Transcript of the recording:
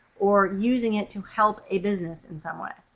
or using it to help a business in some way.